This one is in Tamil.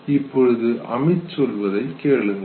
இப்பொழுது அமித் சொல்வதை கேளுங்கள்